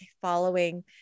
following